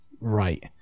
right